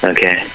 Okay